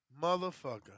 Motherfucker